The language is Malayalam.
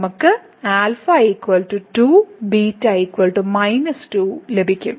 നമുക്ക് α 2 β 2 എന്നിവ ലഭിക്കും